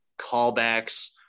callbacks